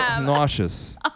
nauseous